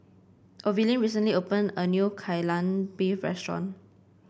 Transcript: Olivine recently opened a new Kai Lan Beef restaurant